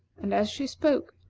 and as she spoke,